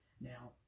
Now